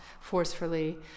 forcefully